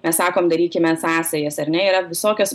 mes sakom darykime sąsajas ar ne yra visokios